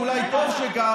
ואולי טוב שכך,